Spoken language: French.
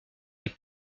les